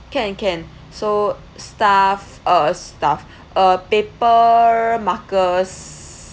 can can so stuff uh stuff uh paper markers